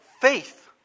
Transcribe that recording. faith